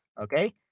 Okay